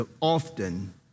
often